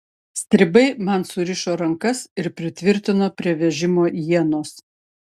stribai man surišo rankas ir pritvirtino prie vežimo ienos